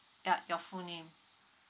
yup your full name